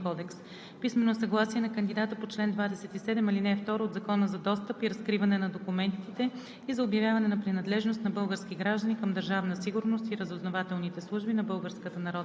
документи, удостоверяващи, че кандидатът отговаря на изискванията за стаж съгласно чл. 50, ал. 2 от Изборния кодекс; - писмено съгласие на кандидата по чл. 27, ал. 2 от Закона за достъп и разкриване на документите